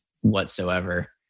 whatsoever